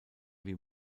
wie